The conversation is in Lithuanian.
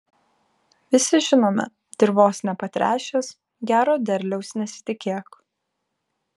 visi žinome dirvos nepatręšęs gero derliaus nesitikėk